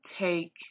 take